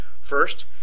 First